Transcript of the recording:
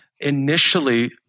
initially